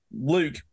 Luke